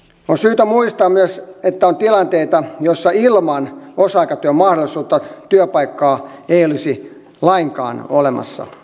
on syytä muistaa myös että on tilanteita joissa ilman osa aikatyön mahdollisuutta työpaikkaa ei olisi lainkaan olemassa